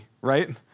right